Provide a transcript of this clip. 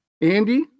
Andy